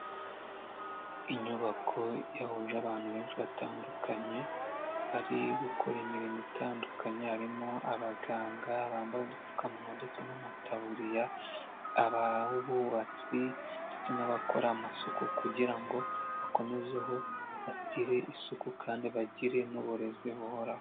Inyubako yahuje abantu benshi batandukanye, bari gukora imirimo itandukanye, harimo abaganga bambaye udupfukamuwa ndetse n'amataburiya, abubatsi ndetse n'abakora amasuku kugira ngo bakomezeho, bagire isuku kandi bagire n'uburezi buhoraho.